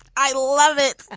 i love it.